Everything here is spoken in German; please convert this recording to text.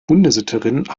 hundesitterin